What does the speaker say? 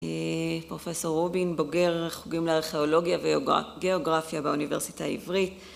פרופסור רובין בוגר חוגים לארכיאולוגיה וגיאוגרפיה באוניברסיטה העברית